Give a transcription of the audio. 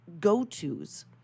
go-tos